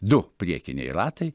du priekiniai ratai